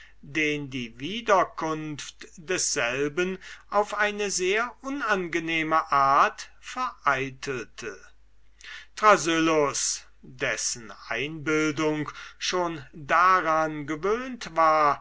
den die wiederkunft des philosophen auf eine sehr unangenehme art vereitelte thrasyllus dessen einbildung schon daran gewöhnt war